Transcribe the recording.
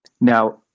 Now